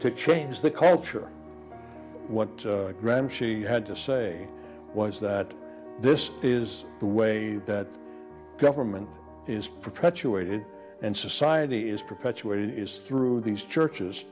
to change the culture what graham she had to say was that this is the way that government is perpetuated and society is perpetuated is through these churches